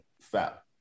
fat